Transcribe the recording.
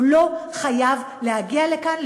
הוא לא חייב להגיע לכאן,